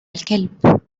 الكلب